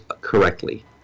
correctly